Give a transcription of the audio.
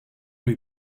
lui